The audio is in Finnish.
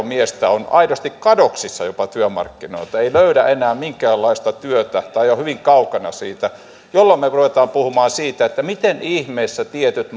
miestä on aidosti jopa kadoksissa työmarkkinoilta ei löydä enää minkäänlaista työtä tai on hyvin kaukana siitä jolloin me rupeamme puhumaan siitä miten ihmeessä tietyt